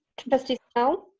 trustee snell.